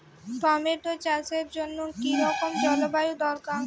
Tomato চাষের জন্য কি রকম জলবায়ু দরকার?